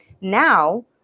Now